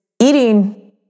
eating